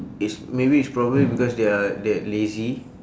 it's maybe is probably because they are that lazy